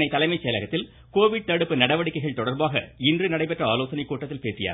சென்னை தலைமை செயலகத்தில் கோவிட் தடுப்பு நடவடிக்கைகள் இன்று நடைபெற்ற தொடர்பாக பேசிய